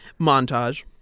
Montage